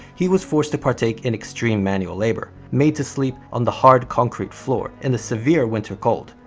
he was forced to partake in extreme manual labor, made to sleep on the hard concrete floor in the severe winter cold,